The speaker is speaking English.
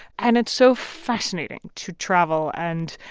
and it's so fascinating to travel and